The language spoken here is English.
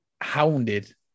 hounded